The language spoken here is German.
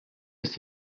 ist